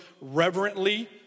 reverently